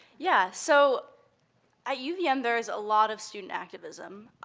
yeah, so at uvm there's a lot of student activism.